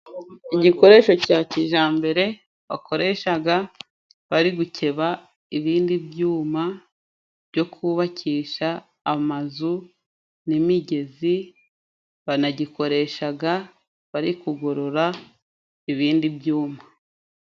Igikoresho cya kijyambere bakoreshaga bari gukeba ibindi byuma byo kubakisha amazu n'imigezi, banagikoreshaga bari kugorora ibindi byuma.